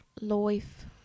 Life